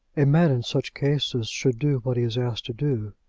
a man in such cases should do what he is asked to do,